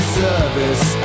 service